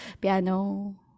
piano